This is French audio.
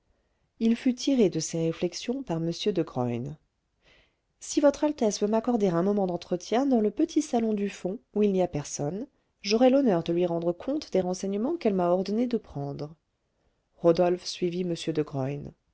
il fut tiré de ces réflexions par m de graün si votre altesse veut m'accorder un moment d'entretien dans le petit salon du fond où il n'y a personne j'aurai l'honneur de lui rendre compte des renseignements qu'elle m'a ordonné de prendre rodolphe suivit